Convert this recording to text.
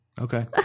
Okay